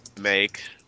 make